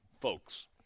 folks